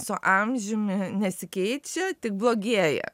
su amžiumi nesikeičia tik blogėja